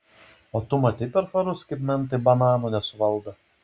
o tu matei per farus kaip mentai bananų nesuvaldo